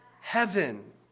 heaven